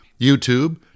YouTube